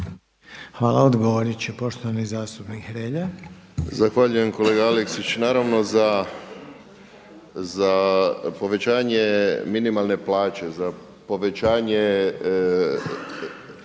Hvala. Odgovorit će poštovani zastupnik Hrelja.